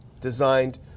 designed